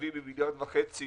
שמורכבים ממיליארד וחצי